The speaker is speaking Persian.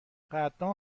قدردان